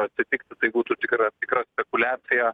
atsitikti tai būtų tikra tikra spekuliacija